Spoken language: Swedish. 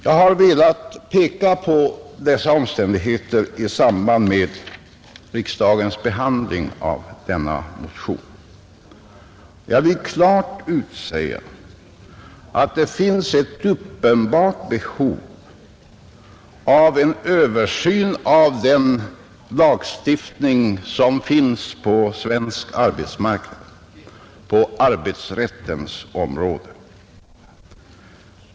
Jag har velat peka på dessa omständigheter i samband med riksdagens behandling av motionen, Jag vill klart utsäga att det finns ett uppenbart behov av en översyn av den lagstiftning som gäller på svensk arbetsmarknad på arbetsrättens område.